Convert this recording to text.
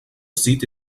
site